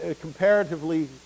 comparatively